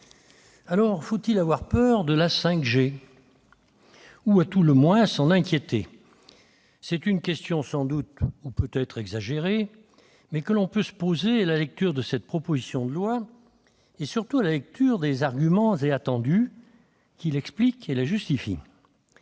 Aussi, faut-il avoir peur de la 5G ou, à tout le moins, doit-on s'en inquiéter ? Cette question est peut-être exagérée, mais on peut se la poser à la lecture de cette proposition de loi et, surtout, à la lecture des arguments et attendus qui l'expliquent et la justifient.